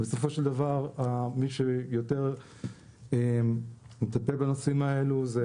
בסופו של דבר מי שיותר מטפל בנושאים האלו זה